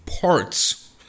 parts